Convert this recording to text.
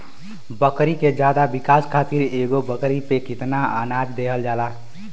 बकरी के ज्यादा विकास खातिर एगो बकरी पे कितना अनाज देहल जाला?